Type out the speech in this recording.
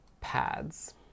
pads